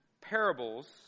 parables